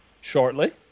shortly